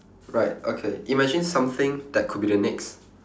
right okay imagine something that could be the next